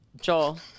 Joel